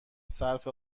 صرف